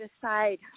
decide